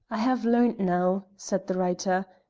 i have learned now, said the writer,